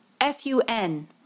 F-U-N